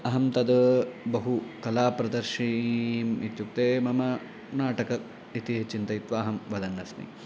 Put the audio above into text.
अहं तद् बहु कला प्रदर्शीम् इत्युक्ते मम नाटकम् इति चिन्तयित्वा अहं वदन् अस्मि